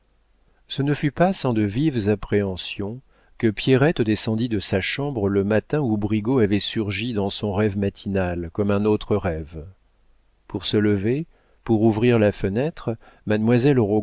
ce ne fut pas sans de vives appréhensions que pierrette descendit de sa chambre le matin où brigaut avait surgi dans son rêve matinal comme un autre rêve pour se lever pour ouvrir la fenêtre